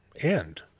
end